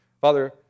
Father